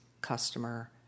customer